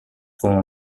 como